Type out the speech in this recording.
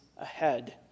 ahead